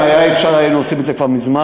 אם היה אפשר היינו עושים את זה כבר מזמן.